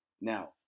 Now